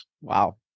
Wow